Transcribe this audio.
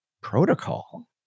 Protocol